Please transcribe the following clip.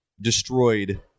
destroyed